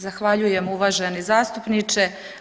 Zahvaljujem uvaženi zastupniče.